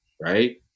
right